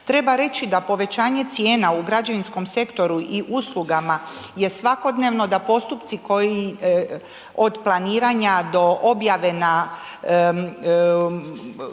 Treba reći da povećanje cijena u građevinskom sektoru i uslugama je svakodnevno, da postupci od planiranja do objave